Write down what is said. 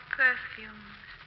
perfumes